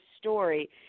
story